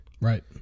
Right